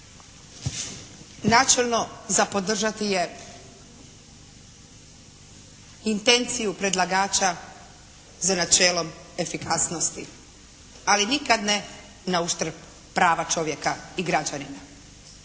Načelno za podržati je intenciju predlagača za načelom efikasnosti, ali nikad ne na uštrb prava čovjeka i građanina.